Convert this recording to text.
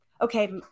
Okay